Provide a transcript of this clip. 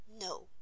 no